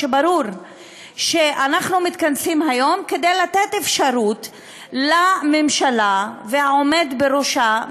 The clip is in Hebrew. ברור שאנחנו מתכנסים היום כדי לתת אפשרות לממשלה ולעומד בראשה,